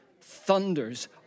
thunders